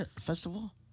Festival